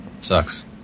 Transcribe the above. Sucks